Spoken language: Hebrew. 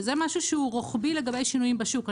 וזה משהו שהוא רוחבי לגבי שינויים בשוק.